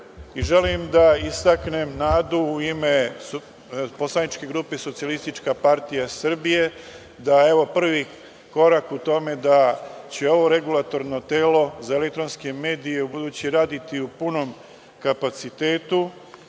i želim da istaknem nadu u ime poslaničke grupe SPS, da je ovo prvi korak u tome da će ovo Regulatorno telo za elektronske medije ubuduće raditi u punom kapacitetu,